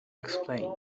explained